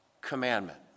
commandment